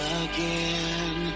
again